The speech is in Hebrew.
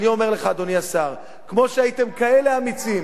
אני אומר לך, אדוני השר, כמו שהייתם כאלה אמיצים